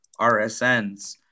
RSNs